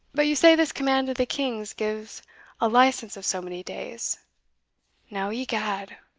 but you say this command of the king's gives a license of so many days now, egad,